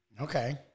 Okay